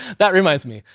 that reminds me,